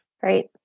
Great